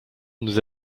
nous